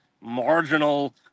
marginal